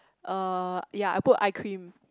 uh ya I put eye cream